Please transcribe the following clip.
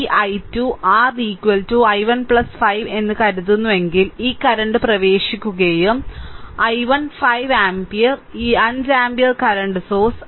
ഈ I2 ഈ I2 r I1 5 എന്ന് കരുതുന്നുവെങ്കിൽ ഈ കറന്റ് പ്രവേശിക്കുകയും I1 5 ആമ്പിയർ ഈ 5 ആമ്പിയർ കറന്റ് സോഴ്സ്